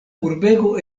urbego